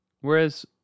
whereas